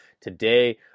today